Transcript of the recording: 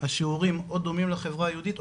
או דומים לחברה היהודית,